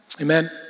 Amen